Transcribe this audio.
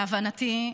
להבנתי,